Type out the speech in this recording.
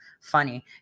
Funny